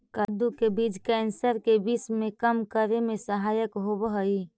कद्दू के बीज कैंसर के विश्व के कम करे में सहायक होवऽ हइ